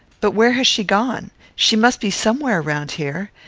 but where has she gone? she must be somewhere round here.